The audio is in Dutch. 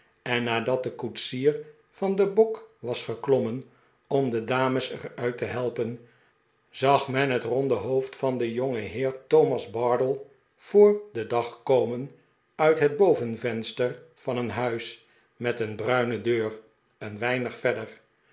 en nadat de koetsier van den bok was geklommen om de dames er uit te helpen zag men het ronde hoofd van den jongenheer thomas bardell voor den dag komen uit het bovenvenster van een huis met een bruine deur een weinig verder